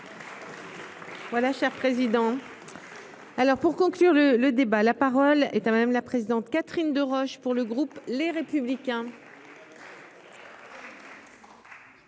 Voilà cher président. Alors pour conclure le le débat, la parole est à madame la présidente, Catherine Deroche pour le groupe Les Républicains.